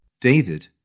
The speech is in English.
David